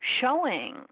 showing